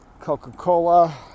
coca-cola